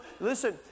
listen